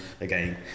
again